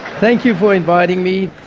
thank you for inviting me.